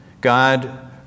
God